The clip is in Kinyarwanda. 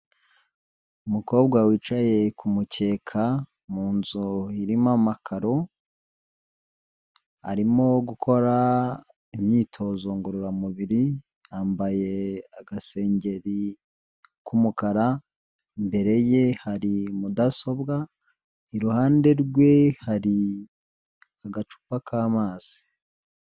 Umukobwa wicaye ku mukeka, mu nzu irimo amakaro, arimo gukora imyitozo ngororamubiri, yambaye agasengeri k'umukara, imbere ye hari mudasobwa, iruhande rwe hari agacupa k'amazi.